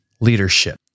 leadership